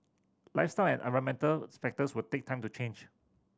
lifestyle and environmental factors will take time to change